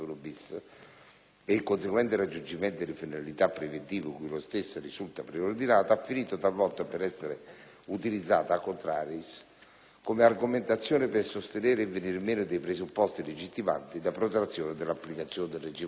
il conseguente raggiungimento delle finalità preventive cui lo stesso risulta preordinato ha finito, talvolta, per essere utilizzato *a contrariis*, come argomentazione per sostenere il venir meno dei presupposti legittimanti la protrazione dell'applicazione del regime suddetto.